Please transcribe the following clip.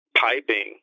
Piping